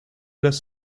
does